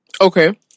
Okay